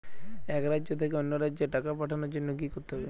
এক রাজ্য থেকে অন্য রাজ্যে টাকা পাঠানোর জন্য কী করতে হবে?